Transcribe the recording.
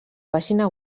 pàgina